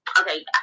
Okay